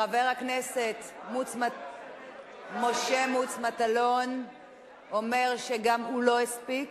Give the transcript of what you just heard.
חבר הכנסת משה מוץ מטלון אומר שגם הוא לא הספיק,